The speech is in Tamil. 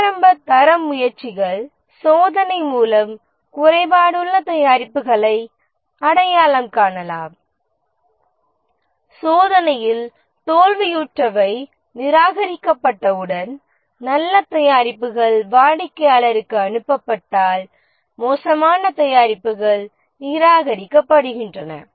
ஆரம்ப தர முயற்சிகள் சோதனை மூலம் குறைபாடுள்ள தயாரிப்புகளை அடையாளம் காணலாம் சோதனையில் தோல்வியுற்றவை நிராகரிக்கப்பட்டவுடன் நல்ல தயாரிப்புகள் வாடிக்கையாளருக்கு அனுப்பப்பட்டால் மோசமான தயாரிப்புகள் நிராகரிக்கப்படுகின்றன